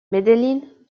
medellín